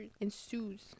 ensues